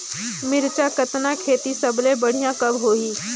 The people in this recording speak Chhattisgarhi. मिरचा कतना खेती सबले बढ़िया कब होही?